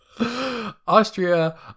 austria